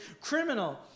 criminal